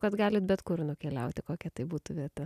kad galit bet kur nukeliauti kokia tai būtų vieta